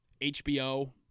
HBO